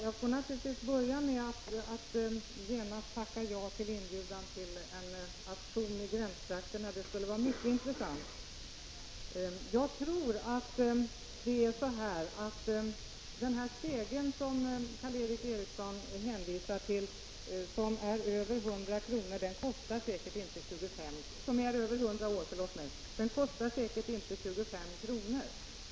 Herr talman! Jag vill börja med att genast tacka ja till inbjudan till en auktion i de värmländska gränstrakterna. Det skulle vara mycket intressant. Den över 100 år gamla spegel som Karl Erik Eriksson talade om kostar säkert inte 25 kr.